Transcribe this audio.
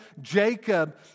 Jacob